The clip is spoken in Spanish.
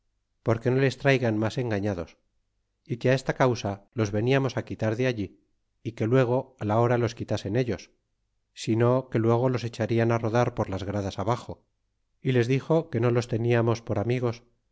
porque no les traigan mas engañados y que u esta causa los veniamos quitar de allí a que luego la hora los quitasen ellos si no que luego los echarian rodar por las gradas abaxo y les dixo que no los teniamos por amigos